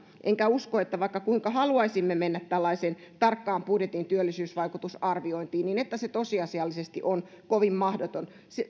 enkä usko vaikka kuinka haluaisimme mennä tällaiseen tarkkaan budjetin työllisyysvaikutusarviointiin että se tosiasiallisesti on kovin